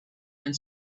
and